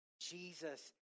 Jesus